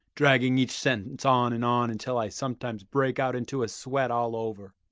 dragging each sentence on and on until i sometimes break out into a sweat all over.